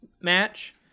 match